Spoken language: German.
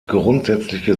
grundsätzliche